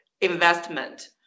investment